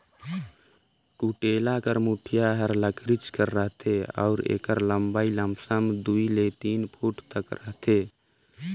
कुटेला कर मुठिया हर लकरिच कर रहथे अउ एकर लम्मई लमसम दुई ले तीन फुट तक रहथे